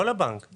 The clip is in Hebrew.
לא לבנק.